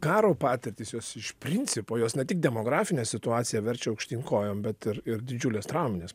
karo patirtis jos iš principo jos ne tik demografinę situaciją verčia aukštyn kojom bet ir ir didžiulės trauminės